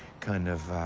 kind of,